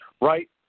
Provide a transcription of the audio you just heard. Right